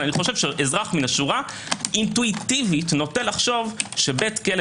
אבל חושב שאזרח מן השורה אינטואיטיבית נוטה לחשוב שבית כלא